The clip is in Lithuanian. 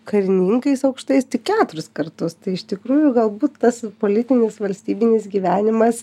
karininkais aukštais tik keturis kartus tai iš tikrųjų galbūt tas politinis valstybinis gyvenimas